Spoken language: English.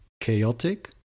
chaotic